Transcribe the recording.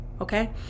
okay